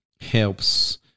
helps